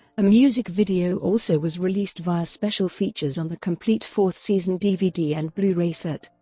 a music video also was released via special features on the complete fourth season dvd and blu-ray set.